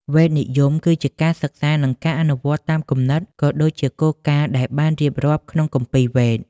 វេទនិយម គឺជាការសិក្សា និងការអនុវត្តតាមគំនិត ក៏ដូចជាគោលការណ៍ដែលបានរៀបរាប់ក្នុង គម្ពីរវេទ។